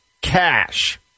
cash